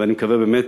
ואני מקווה באמת